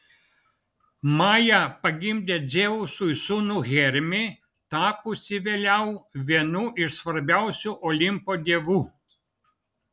maja pagimdė dzeusui sūnų hermį tapusį vėliau vienu iš svarbiausių olimpo dievų